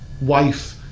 wife